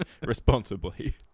Responsibly